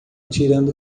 tirando